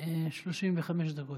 35 דקות,